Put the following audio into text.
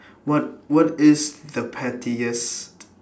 what what is the pettiest